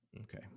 Okay